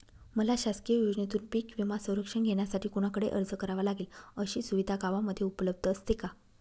मला शासकीय योजनेतून पीक विमा संरक्षण घेण्यासाठी कुणाकडे अर्ज करावा लागेल? अशी सुविधा गावामध्ये उपलब्ध असते का?